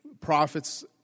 Prophets